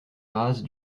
rase